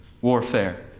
warfare